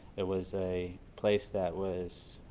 it was a place that was